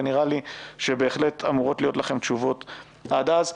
ונראה לי שבהחלט אמורות להיות לכם תשובות עד אז.